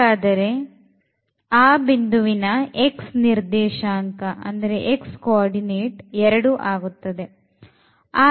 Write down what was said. ಹಾಗಾದರೆ ಆ ಬಿಂದುವಿನ x ನಿರ್ದೇಶಾಂಕ 2 ಆಗುತ್ತದೆ